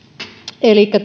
elikkä